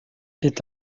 est